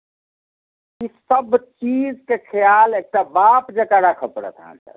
ईसभ चीजके ख्याल एकटा बाप जकाँ राखऽ पड़त अहाँकेँ